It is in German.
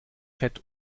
fett